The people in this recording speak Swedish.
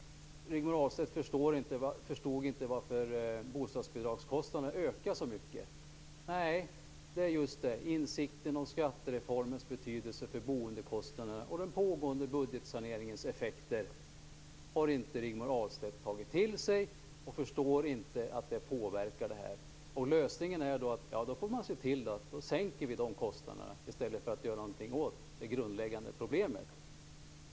Rigmor Ahlstedt förstod inte varför bostadsbidragskostnaderna ökar så mycket. Nej, det är just det - insikten om skattereformens betydelse för boendekostnaderna och den pågående budgetsaneringens effekter har Rigmor Ahlstedt inte tagit till sig. Hon förstår inte att de påverkar det här. Hennes lösning blir därför att vi får se till att sänka de kostnaderna, i stället för att göra någonting åt det grundläggande problemet.